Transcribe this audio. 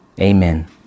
Amen